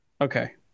okay